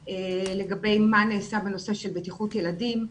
לגבי מה נעשה בנושא של בטיחות ילדים.